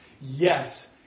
Yes